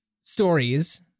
stories